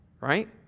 right